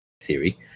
theory